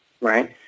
right